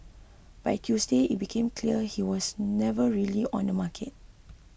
by Tuesday it became clear he was never really on the market